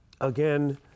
again